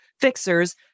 fixers